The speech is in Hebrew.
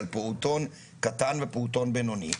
על פעוטון קטן ופעוטון בינוני.